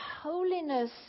holiness